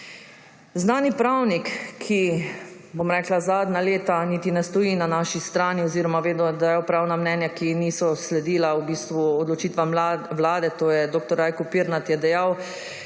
Znani pravnik, ki, bom rekla, zadnja leta niti ne stoji na naši strani oziroma je vedno dajal pravna mnenja, ki niso sledila odločitvam Vlade, to je dr. Rajko Pirnat, je dejal,